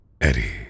Eddie